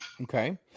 Okay